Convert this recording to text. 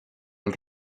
els